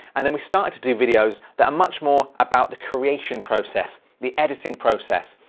and then we started to do videos that are much more about the creation process, the editing process,